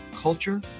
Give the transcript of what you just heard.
culture